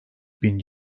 bin